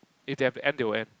if they have to end they will end